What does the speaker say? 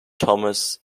thomas